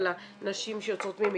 על הנשים שיוצאות ממקלטים.